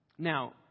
Now